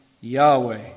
Yahweh